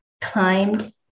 climbed